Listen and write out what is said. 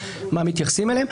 מה מתייחסים אליהם.